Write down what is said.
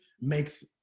makes